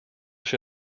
się